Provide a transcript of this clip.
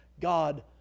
God